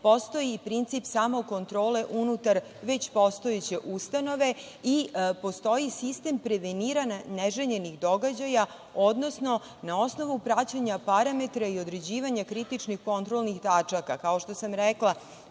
postoji i princip samokontrole unutar već postojeće ustanove i postoji sistem preveniranja neželjenih događaja, odnosno na osnovu praćenja parametara i određivanja kritičnih kontrolnih tačaka, kao što sam rekla